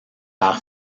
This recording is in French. par